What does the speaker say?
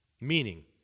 Meaning